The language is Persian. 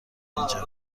اینجا